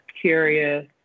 curious